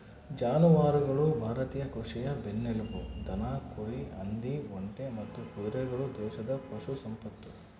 ಜಾನುವಾರುಗಳು ಭಾರತೀಯ ಕೃಷಿಯ ಬೆನ್ನೆಲುಬು ದನ ಕುರಿ ಹಂದಿ ಒಂಟೆ ಮತ್ತು ಕುದುರೆಗಳು ದೇಶದ ಪಶು ಸಂಪತ್ತು